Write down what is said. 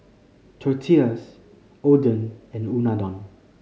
Tortillas Oden and Unadon